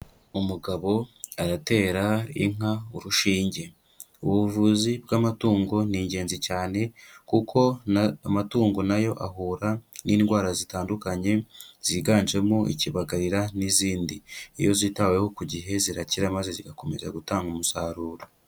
Umugabo aratera inka urushinge. Ubuvuzi bw'amatungo ni ingenzi cyane, kuko amatungo na yo ahura n'indwara zitandukanye, ziganjemo ikibagarira n'izindi. Iyo zitaweho ku gihe zirakira maze zigakomeza gutanga umusaruro.